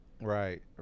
Right